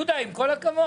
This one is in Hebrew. יהודה עם כל הכבוד,